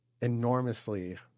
enormously